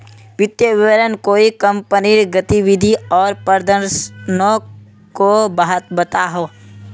वित्तिय विवरण कोए भी कंपनीर गतिविधि आर प्रदर्शनोक को बताहा